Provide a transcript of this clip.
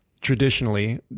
traditionally